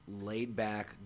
laid-back